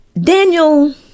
Daniel